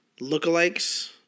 lookalikes